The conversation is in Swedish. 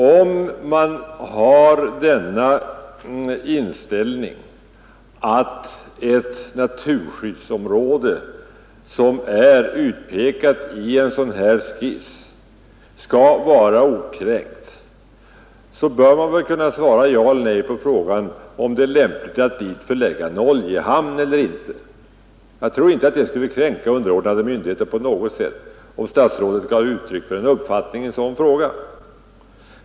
Om man har inställningen att ett naturskyddsområde, som är utpekat i en sådan här riksplaneskiss, skall vara okränkt, så bör man väl kunna svara ja eller nej på frågan om det är lämpligt att dit förlägga en oljehamn. Jag tror inte att det skulle kränka underordnade myndigheter på något sätt, om statsrådet gav uttryck för en uppfattning i ett sådant ärende.